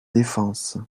défense